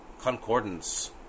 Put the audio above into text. Concordance